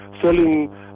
selling